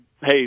hey